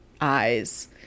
eyes